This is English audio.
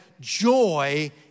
joy